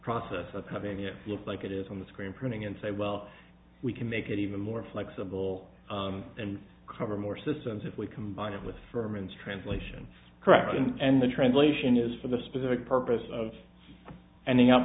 process of having if you like it is on the screen printing and say well we can make it even more flexible and cover more systems if we combine it with for men's translation correct and the translation is for the specific purpose of ending up